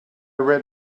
read